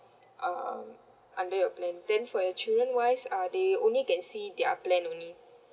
um under your plan then for your children wise uh they only can see their plan only